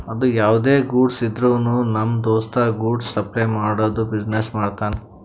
ಅದು ಯಾವ್ದೇ ಗೂಡ್ಸ್ ಇದ್ರುನು ನಮ್ ದೋಸ್ತ ಗೂಡ್ಸ್ ಸಪ್ಲೈ ಮಾಡದು ಬಿಸಿನೆಸ್ ಮಾಡ್ತಾನ್